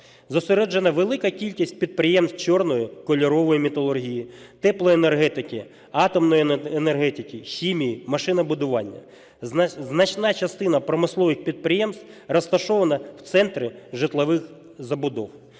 зосереджена велика кількість підприємств чорної, кольорової металургії, теплоенергетики, атомної енергетики, хімії, машинобудування. Значна частина промислових підприємств розташована в центрі житлових забудов,